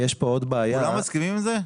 כולם מסכימים עם זה?